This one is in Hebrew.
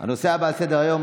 על סדר-היום,